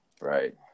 right